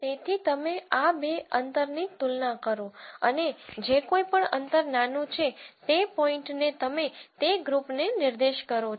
તેથી તમે આ બે અંતરની તુલના કરો અને જે કોઈ પણ અંતર નાનું છે તે પોઈન્ટ ને તમે તે ગ્રુપને નિર્દેશ કરો છો